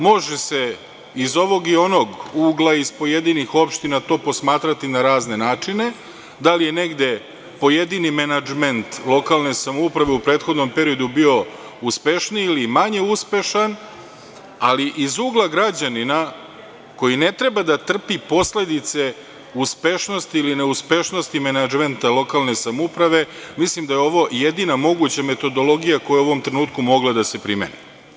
Može se iz ovog i onog ugla iz pojedinih opština to posmatrati na razne načine, da li je negde pojedini menadžment lokalne samouprave u prethodnom periodu bio uspešniji ili manje uspešan, ali iz ugla građanina koji ne treba da trpi posledice uspešnosti ili neuspešnosti menadžmenta lokalne samouprave mislim da je ovo jedina moguća metodologija koja je u ovom trenutku mogla da se primeni.